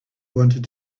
wanted